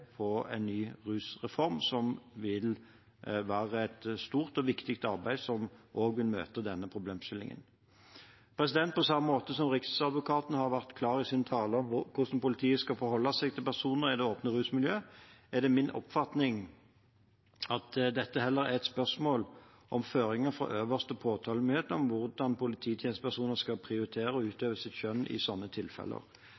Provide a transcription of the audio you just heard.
en ny rusreform, noe som vil være et stort og viktig arbeid som også vil møte denne problemstillingen. På samme måte som Riksadvokaten har vært klar i sin tale om hvordan politiet skal forholde seg til personer i det åpne rusmiljø, er det min oppfatning at dette heller er et spørsmål om føringer fra øverste påtalemyndighet om hvordan polititjenestepersoner skal prioritere å